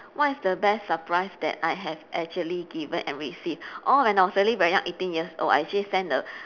what is the best surprise that I have actually given and received oh when I was early very young eighteen years old I actually sent the